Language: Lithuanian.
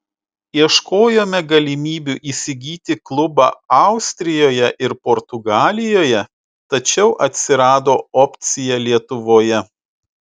ieškojome galimybių įsigyti klubą austrijoje ir portugalijoje tačiau atsirado opcija lietuvoje